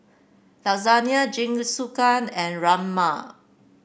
lasagna Jingisukan and Rajma